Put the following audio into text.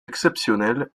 exceptionnelles